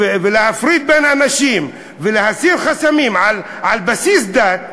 להפריד בין אנשים ולהסיר חסמים על בסיס דת,